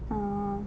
err